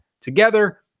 together